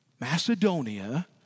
Macedonia